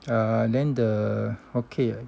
uh then the okay